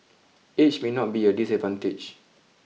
age may not be a disadvantage